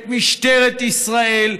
את משטרת ישראל.